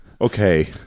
Okay